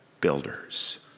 builders